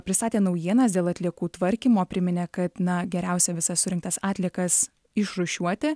pristatė naujienas dėl atliekų tvarkymo priminė kad na geriausia visas surinktas atliekas išrūšiuoti